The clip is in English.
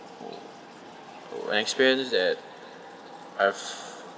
an experience that I've